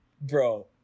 Bro